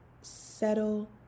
Settle